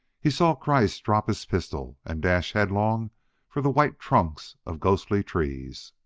he saw kreiss drop his pistol and dash headlong for the white trunks of ghostly trees.